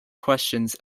questions